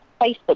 Facebook